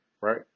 right